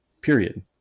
period